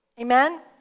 Amen